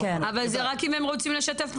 אבל זה רק אם הם רוצים לשתף פעולה.